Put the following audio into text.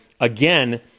again